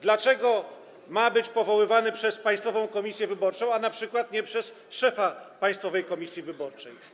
Dlaczego ma być on powoływany przez Państwową Komisję Wyborczą, a np. nie przez szefa Państwowej Komisji Wyborczej?